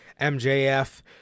mjf